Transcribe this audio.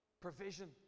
provision